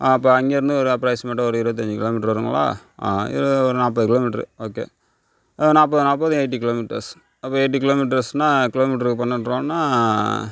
ஆ அப்போ அங்கே இருந்து ஒரு அப்ராக்ஸிமேட்டாக ஒரு இருபத்தஞ்சி கிலோமீட்ரு வரும்ங்களா இதில் ஒரு நாற்பது கிலோமீட்ரு ஓகே நாற்பதும் நாற்பதும் எயிட்டி கிலோமீட்டர்ஸ் அப்போ எயிட்டி கிலோமீட்டர்ஸ்னா கிலோமீட்டருக்கு பன்னெண்டு ரூபான்னா